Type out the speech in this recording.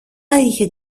είχε